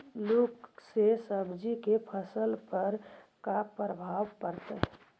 लुक से सब्जी के फसल पर का परभाव पड़तै?